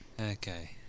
Okay